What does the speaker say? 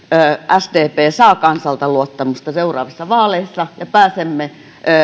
sdp saa kansalta luottamusta seuraavissa vaaleissa ja pääsemme